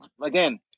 again